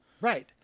Right